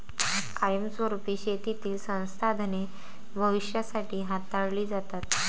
कायमस्वरुपी शेतीतील संसाधने भविष्यासाठी हाताळली जातात